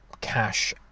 cash